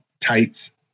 tights